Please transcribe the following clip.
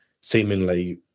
seemingly